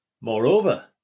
Moreover